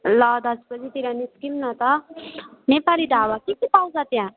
ल दस बजेतिर निस्किऔँ न त नेपाली ढाबा के के पाउँछ त्यहाँ